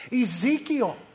Ezekiel